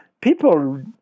people